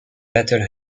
battle